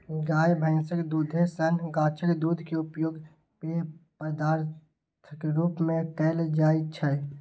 गाय, भैंसक दूधे सन गाछक दूध के उपयोग पेय पदार्थक रूप मे कैल जाइ छै